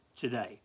today